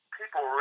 people